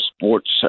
sports